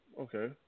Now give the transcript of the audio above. Okay